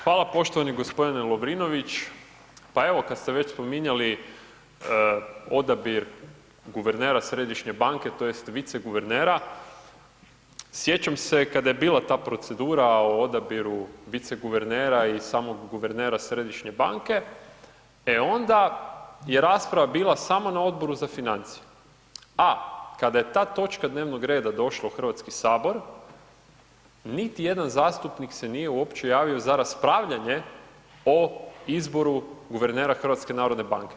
Hvala poštovani gospodine Lovrinović, pa evo kad ste već spominjali odabir guvernera središnje banke, tj. viceguvernera sjećam se kada je bila ta procedura o odabiru viceguvernera i samog guvernera središnje banke, e onda je rasprava bila samo na Odboru za financije, a kada je ta točka dnevnog reda došla u Hrvatski sabor niti jedan zastupnik se nije uopće javio za raspravljanje o izboru guvernera HNB-a.